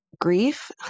grief